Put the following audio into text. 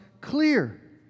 clear